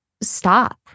stop